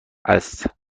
است